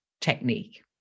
technique